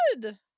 good